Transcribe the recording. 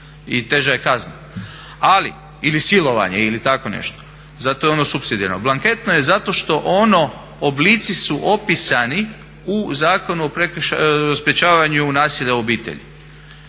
i teža je kazna. Ili silovanje ili tako nešto, zato je ono supsidijarno. Blanketno je zato što ono oblici su opisani u Zakonu o sprečavanju nasilja u obitelji,